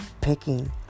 picking